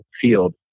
field